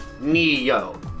Neo